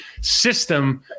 system –